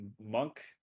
monk